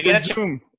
zoom